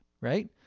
right